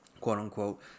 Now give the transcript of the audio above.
quote-unquote